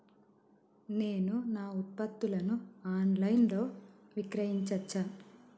నేను నా ఉత్పత్తులను ఆన్ లైన్ లో విక్రయించచ్చా?